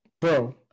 bro